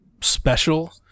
special